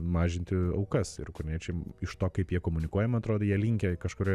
mažinti aukas ir ukrainiečiam iš to kaip jie komunikuoja man atrodo jie linkę kažkurio